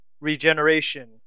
Regeneration